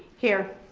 here.